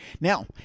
now